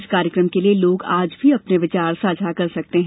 इस कार्यक्रम के लिए लोग आज भी अपने विचार साझा कर सकते हैं